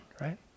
right